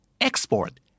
export